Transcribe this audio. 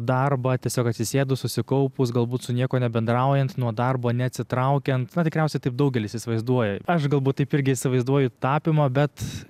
darbą tiesiog atsisėdus susikaupus galbūt su niekuo nebendraujant nuo darbo neatsitraukiant na tikriausiai taip daugelis įsivaizduoja aš galbūt taip irgi įsivaizduoju tapymą bet